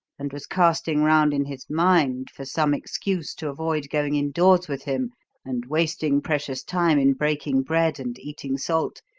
and was casting round in his mind for some excuse to avoid going indoors with him and wasting precious time in breaking bread and eating salt,